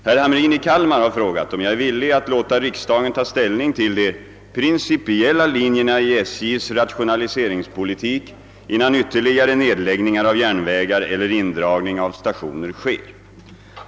Herr Hamrin i Kalmar har frågat om jag är villig att låta riksdagen ta ställning till de principiella linjerna i SJ:s rationaliseringspolitik innan ytterligare nedläggningar av järnvägar eller indragning av stationer sker.